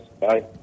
Bye